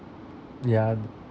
ya